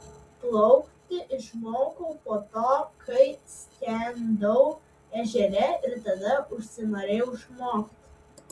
plaukti išmokau po to kai skendau ežere ir tada užsinorėjau išmokti